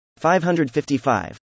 555